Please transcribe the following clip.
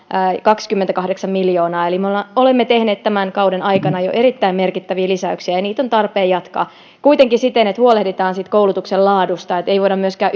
kaksikymmentäkahdeksan miljoonaa eli me olemme jo tehneet tämän kauden aikana erittäin merkittäviä lisäyksiä ja niitä on tarpeen jatkaa kuitenkin siten että huolehditaan koulutuksen laadusta niin että ei voida myöskään